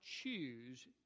choose